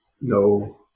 No